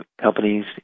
companies